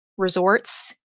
resorts